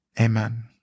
Amen